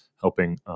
helping